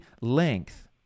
length